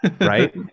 Right